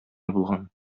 булган